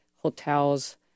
hotels